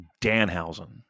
Danhausen